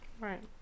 Right